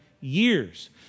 years